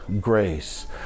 Grace